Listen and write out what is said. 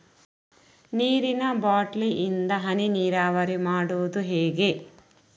ನೀರಿನಾ ಬಾಟ್ಲಿ ಇಂದ ಹನಿ ನೀರಾವರಿ ಮಾಡುದು ಹೇಗೆ?